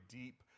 deep